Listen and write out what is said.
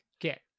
get